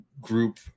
group